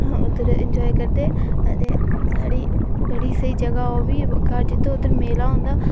उद्धर इंजाए करदे साढ़ी बड़ी सेही जगह् ऐ ओह् भी ग्हार जित्तो उद्धर मेला होंदा